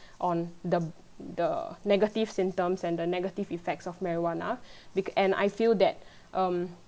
on the the negative symptoms and the negative effects of marijuana bec~ and I feel that um